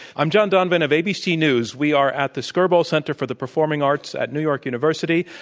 i'm john donvan of abc news. we are at the skirball center for the performing arts at new york university.